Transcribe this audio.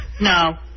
No